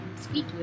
speak